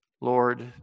Lord